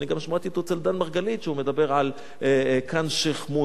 אני גם שמעתי אותו אצל דן מרגלית שהוא מדבר על "כאן שיח'-מוניס".